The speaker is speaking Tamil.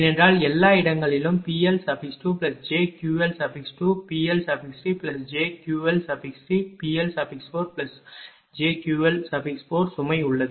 ஏனென்றால் எல்லா இடங்களிலும் PL2jQL2 PL3jQL3 PL4jQL4 சுமை உள்ளது